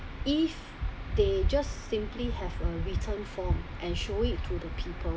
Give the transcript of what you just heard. if they just simply have a written form and show it to the people